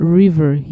river